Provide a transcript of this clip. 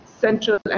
central